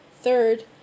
third